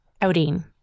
outing